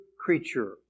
creature